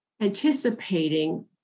anticipating